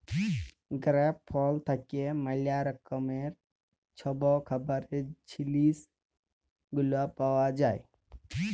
grape ফল থ্যাইকে ম্যালা রকমের ছব খাবারের জিলিস গুলা পাউয়া যায়